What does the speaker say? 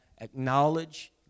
acknowledge